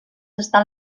està